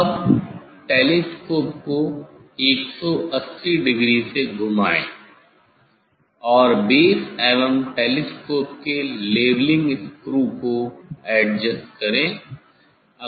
अब टेलीस्कोप को 180 डिग्री से घुमाये और बेस एवं टेलीस्कोप के लेवॅलिंग स्क्रू को एडजस्ट करें